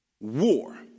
war